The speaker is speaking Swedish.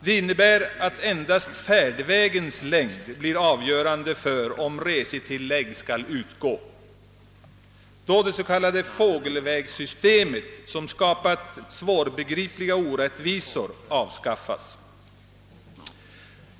Det innebär att endast färdvägens längd blir avgörande för om resetillägg skall utgå, då det s.k. fågelvägssystemet, som skapat svårbegripliga orättvisor, avskaffas.